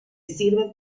sirven